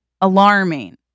alarming